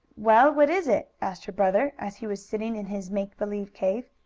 well, what is it? asked her brother, as he was sitting in his make-believe cave.